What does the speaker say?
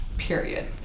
period